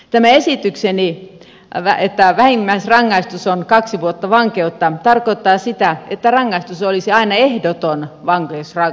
tämä esitykseni että vähimmäisrangaistus on kaksi vuotta vankeutta tarkoittaa sitä että rangaistus olisi aina ehdoton vankeusrangaistus